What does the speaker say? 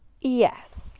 Yes